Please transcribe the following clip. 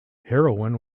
heroin